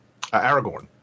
Aragorn